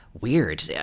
weird